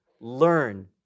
learn